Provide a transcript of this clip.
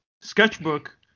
sketchbook